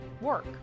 work